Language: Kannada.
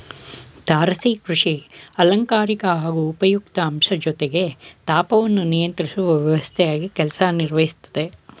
ತಾರಸಿ ಕೃಷಿ ಅಲಂಕಾರಿಕ ಹಾಗೂ ಉಪಯುಕ್ತ ಅಂಶ ಜೊತೆಗೆ ತಾಪವನ್ನು ನಿಯಂತ್ರಿಸುವ ವ್ಯವಸ್ಥೆಯಾಗಿ ಕೆಲಸ ನಿರ್ವಹಿಸ್ತದೆ